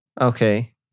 Okay